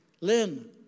Lynn